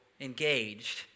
engaged